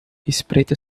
espreita